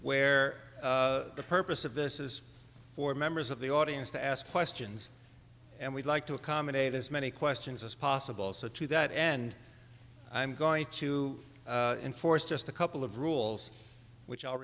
where the purpose of this is for members of the audience to ask questions and we'd like to accommodate as many questions as possible so to that end i'm going to enforce just a couple of rules which i'll